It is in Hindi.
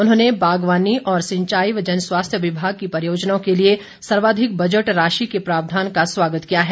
उन्होंने बागवानी और सिंचाई व जनस्वास्थ्य विभाग की परियोजनाओं के लिए सर्वाधिक बजट राशि के प्रावधान का स्वागत किया है